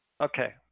Okay